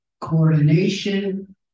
coordination